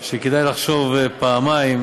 שכדאי לחשוב פעמיים